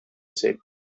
said